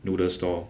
noodle stall